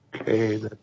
Okay